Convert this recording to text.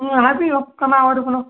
ꯑꯣ ꯍꯥꯏꯕꯤꯌꯨ ꯀꯅꯥ ꯑꯣꯏꯔꯕꯅꯣ